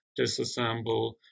disassemble